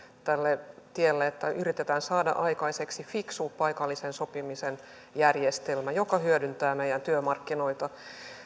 tälle tielle että yritetään saada aikaiseksi fiksu paikallisen sopimisen järjestelmä joka hyödyntää meidän työmarkkinoita